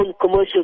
commercial